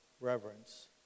reverence